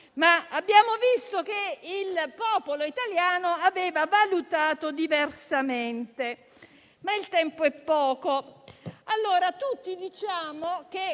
se abbiamo visto che il popolo italiano si era espresso diversamente, ma il tempo è poco.